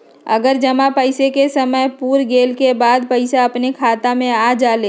हमर जमा पैसा के समय पुर गेल के बाद पैसा अपने खाता पर आ जाले?